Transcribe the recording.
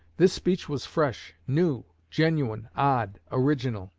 this speech was fresh, new, genuine, odd, original